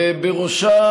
ובראשה,